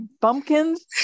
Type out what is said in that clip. bumpkins